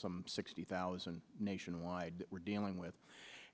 some sixty thousand nationwide we're dealing with